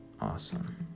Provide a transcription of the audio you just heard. awesome